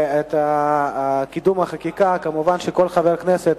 ואת קידום החקיקה, מובן שכל חבר כנסת